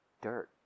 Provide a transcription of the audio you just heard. dirt